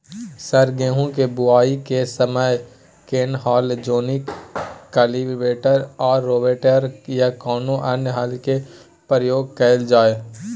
Sir गेहूं के बुआई के समय केना हल जेनाकी कल्टिवेटर आ रोटावेटर या कोनो अन्य हल के प्रयोग कैल जाए?